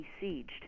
besieged